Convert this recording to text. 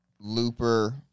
Looper